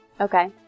Okay